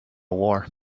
war